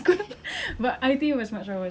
secondary school I did let me run through